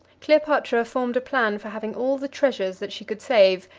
cleopatra formed a plan for having all the treasures that she could save,